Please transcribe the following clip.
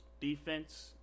defense